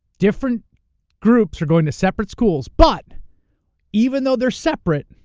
different groups are going to separate schools, but even though they're separate,